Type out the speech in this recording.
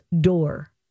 Door